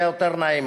היה יותר נעים,